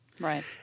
Right